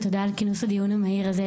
ותודה על קיום הדיון המהיר הזה.